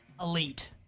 elite